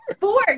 four